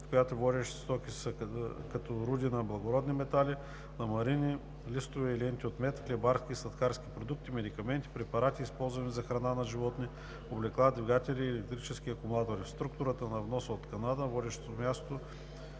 в която водещи са стоки като: руди на благородни метали; ламарини, листове и ленти от мед; хлебарски и сладкарски продукти; медикаменти; препарати, използвани за храна на животни; облекла; двигатели и електрически акумулатори. В структурата на вноса от Канада водещо е мястото